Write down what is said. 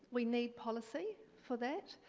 we need policy for that.